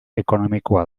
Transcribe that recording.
ekonomikoa